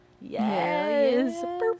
yes